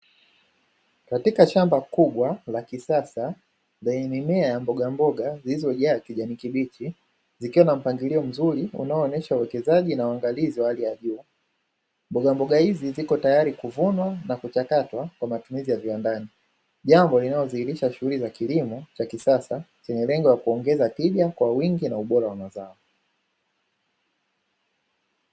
Katika shamba kubwa la kisasa zaidi mimea ya mbogamboga zilizojazwa kijani kibichi zikiwa na mpangilio mzuri unaonesha uwekezaji na uangalizi wa hali ya juu Mbogamboga hizi ziko tayari kuvunwa na kuchakatwa kwa matumizi ya viwandani, jambo linalodhihirisha shughuli za kilimo pia kwa wingi nja ubora wa mazao.